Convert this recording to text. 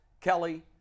Kelly